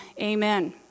Amen